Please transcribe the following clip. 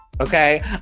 okay